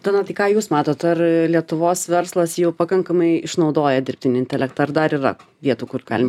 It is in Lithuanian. donatai ką jūs matot ar lietuvos verslas jau pakankamai išnaudoja dirbtinį intelektą ar dar yra vietų kur galim